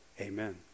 Amen